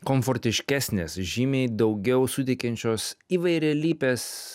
komfortiškesnės žymiai daugiau suteikiančios įvairialypės